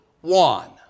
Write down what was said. one